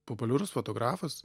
populiarus fotografas